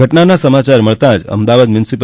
ઘટનાના સમાચાર મળતા જ અમદાવાદ મ્યુનિ